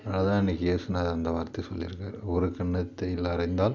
அதை தான் அன்னைக்கு ஏசுநாதர் அந்த வார்த்தை சொல்லிருக்கார் ஒரு கன்னத்தில் அறைந்தால்